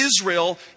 Israel